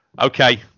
Okay